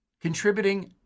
Contributing